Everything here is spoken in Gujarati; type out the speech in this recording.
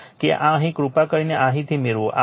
કે આ અહીંથી કૃપા કરીને આ અહીંથી મેળવો